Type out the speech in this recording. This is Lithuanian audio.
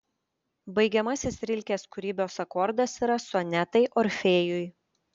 baigiamasis rilkės kūrybos akordas yra sonetai orfėjui